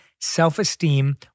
self-esteem